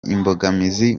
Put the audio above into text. imbogamizi